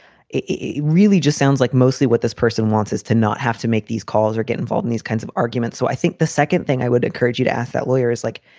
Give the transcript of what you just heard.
it really just sounds like mostly what this person wants is to not have to make these calls or get involved in these kinds of arguments. so i think the second thing i would encourage you to ask that lawyer is like,